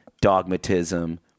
dogmatism